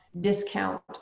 discount